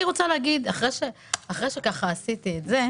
אחרי שפתחתי כך,